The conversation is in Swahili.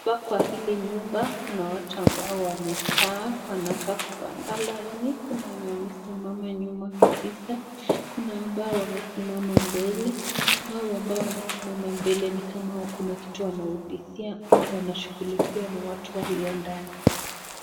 Hapa kwa hili nyumba kuna watu ambao wamekaa wanakaa kupanga laini kuna wenye wamesimama nyuma kabisa kuna ambao wamesimama mbele .Hao ambao wanasimama mbele nikama kuna kitu wanaulizia ama wanashughulikiwa na watu waliondani.